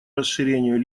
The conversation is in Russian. расширению